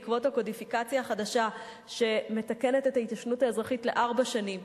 בעקבות הקודיפיקציה החדשה שמתקנת את ההתיישנות האזרחית לארבע שנים,